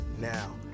Now